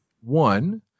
One